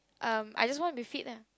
um I just want be fit ah